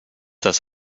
das